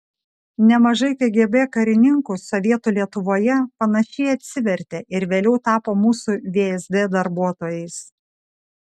nemažai kgb karininkų sovietų lietuvoje panašiai atsivertė ir vėliau tapo mūsų vsd darbuotojais